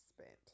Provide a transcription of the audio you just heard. spent